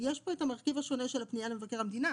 יש פה את המרכיב השונה של הפנייה למבקר המדינה,